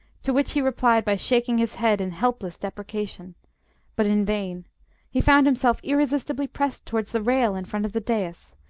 to which he replied by shaking his head in helpless deprecation but in vain he found himself irresistibly pressed towards the rail in front of the dais,